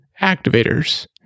activators